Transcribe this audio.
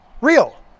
real